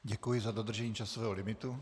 Děkuji za dodržení časového limitu.